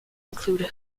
include